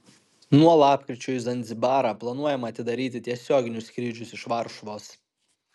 nuo lapkričio į zanzibarą planuojama atidaryti tiesioginius skrydžius iš varšuvos